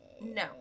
no